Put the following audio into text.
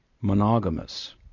monogamous